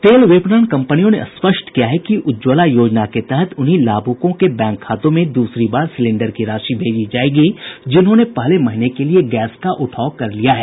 तेल विपणन कंपनियों ने स्पष्ट किया है कि उज्ज्वला योजना के तहत उन्हीं लाभुकों के बैंक खातों में दूसरी बार सिलेंडर की राशि भेजी जायेगी जिन्होंने पहले महीने के लिए गैस का उठाव कर लिया है